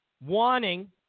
wanting